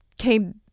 came